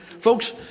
Folks